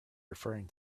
referring